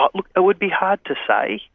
um it would be hard to say,